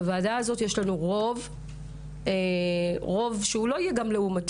בוועדה הזאת יש לנו רוב שהוא לא יהיה לעומתי.